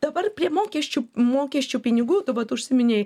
dabar prie mokesčių mokesčių pinigų tu užsiminei